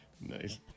Nice